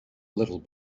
little